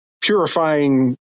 purifying